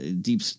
Deep